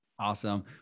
Awesome